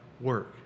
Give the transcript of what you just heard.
work